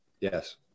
Yes